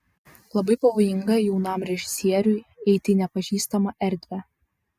labai pavojinga jaunam režisieriui eiti į nepažįstamą erdvę